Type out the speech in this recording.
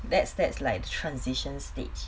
that's that's like the transition stage